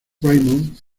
raymond